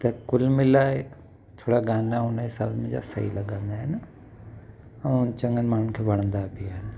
त कुलु मिलाए थोरा गाना उन हिसाब जा सही लॻंदा आहिनि ऐं चङनि माण्हुनि खे वणंदा बि आहिनि